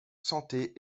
santé